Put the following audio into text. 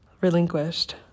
relinquished